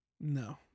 No